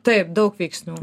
taip daug veiksnių